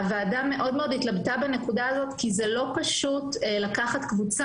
הוועדה מאוד מאוד התלבטה בנקודה הזו כי זה לא פשוט לקחת קבוצה